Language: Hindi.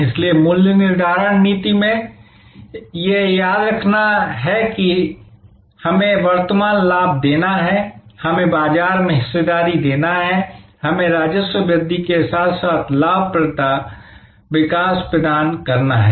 इसलिए मूल्य निर्धारण नीति में इसलिए यह याद रखना कि यह हमें वर्तमान लाभ देना है हमें बाजार में हिस्सेदारी देना है हमें राजस्व वृद्धि के साथ साथ लाभप्रदता विकास प्रदान करना है